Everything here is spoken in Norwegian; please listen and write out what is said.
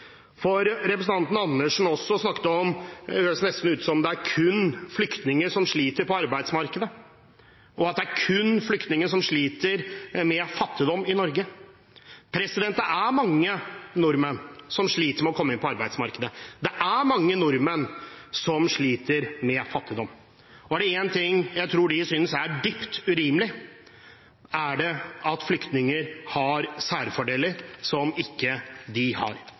politikk. Representanten Andersen hørtes nesten ut som om hun mener det kun er flyktninger som sliter på arbeidsmarkedet, og at det kun er flyktninger som sliter med fattigdom i Norge. Det er mange nordmenn som sliter med å komme inn på arbeidsmarkedet. Det er mange nordmenn som sliter med fattigdom. Er det én ting jeg tror de synes er dypt urimelig, er det at flyktninger har særfordeler som ikke de har.